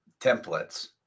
templates